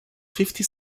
fifty